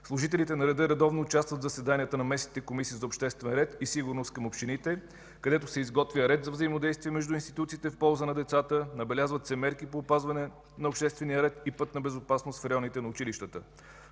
Служителите на реда редовно участват в заседанията на местните комисии за обществен ред и сигурност към общините, където се изготвя ред за взаимодействие между институциите в полза на децата, набелязват се мерки по опазване на обществения ред и пътна безопасност в районите на училищата.